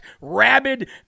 rabid